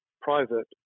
private